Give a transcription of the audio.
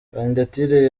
kandidatire